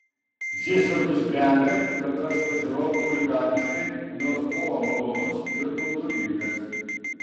jis ir nusprendė kad aš važiavau chuliganiškai nors buvo malonus ir kultūringas